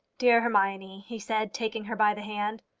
dear hermione, he said, taking her by the hand.